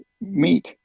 meet